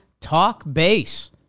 TALKBASE